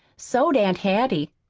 so'd aunt hattie,